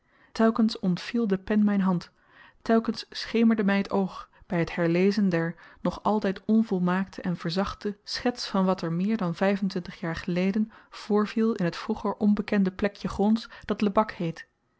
telkens ontviel de pen m'n hand telkens schemerde my t oog by t herlezen der nog altyd onvolmaakte en verzachte schets van wat er uit meer dan vyf en twintig jaar geleden voorviel in t vroeger onbekende plekje gronds dat lebak heet